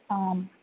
आम्